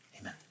Amen